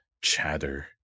chatter